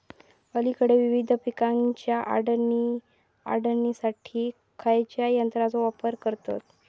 अलीकडे विविध पीकांच्या काढणीसाठी खयाच्या यंत्राचो वापर करतत?